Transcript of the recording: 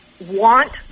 want